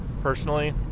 personally